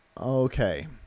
Okay